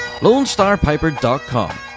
LoneStarPiper.com